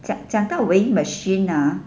讲讲到 weighing machine ah